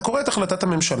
אתה קורא את החלטת הממשלה: